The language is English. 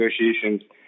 negotiations